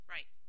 Right